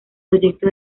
proyecto